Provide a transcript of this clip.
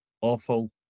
awful